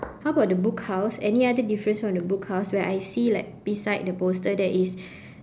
how about the book house any other difference on the book house where I see like beside the poster there is